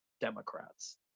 Democrats